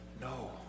no